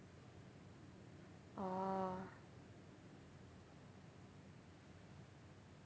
orh